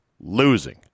Losing